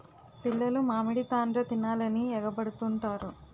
పిల్లలు మామిడి తాండ్ర తినాలని ఎగబడుతుంటారు